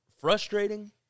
frustrating